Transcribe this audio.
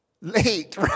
late